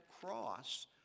cross